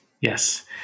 Yes